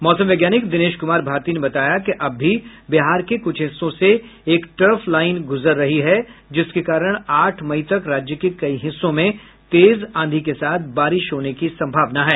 मौसम वैज्ञानिक दिनेश कुमार भारती ने बताया कि अब भी बिहार के कुछ हिस्सों से एक ट्रफ लाईन गुजर रही है जिसके कारण आठ मई तक राज्य के कई हिस्सों में तेज आंधी के साथ बारिश होने की संभावना है